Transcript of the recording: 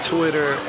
Twitter